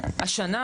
השנה,